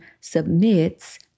submits